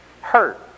hurt